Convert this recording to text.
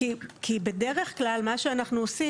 כי בדרך כלל מה שאנחנו עושים,